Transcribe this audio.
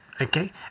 Okay